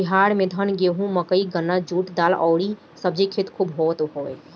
बिहार में धान, गेंहू, मकई, गन्ना, जुट, दाल अउरी सब्जी के खेती खूब होत हवे